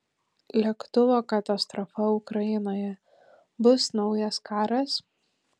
lėktuvo katastrofa ukrainoje bus naujas karas